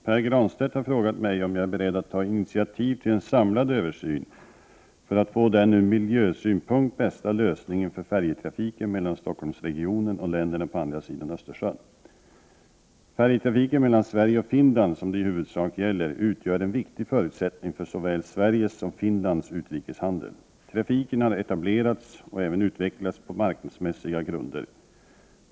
Herr talman! Pär Granstedt har frågat mig om jag är beredd att ta initiativ till en samlad översyn för att få den ur miljösynpunkt bästa lösningen för färjetrafiken mellan Stockholmsregionen och länderna på andra sidan Östersjön. Färjetrafiken mellan Sverige och Finland — som det i huvudsak gäller — utgör en viktig förutsättning för såväl Sveriges som Finlands utrikeshandel. Trafiken har etablerats och även utvecklats på marknadsmässiga grunder.